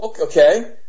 Okay